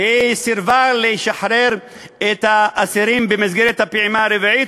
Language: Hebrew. היא סירבה לשחרר את האסירים במסגרת הפעימה הרביעית,